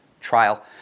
trial